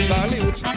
Salute